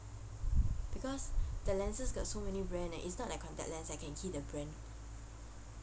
because the lenses got so many brand eh it's not like contact lenses I can key the brand